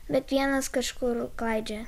bet vienas kažkur klaidžioja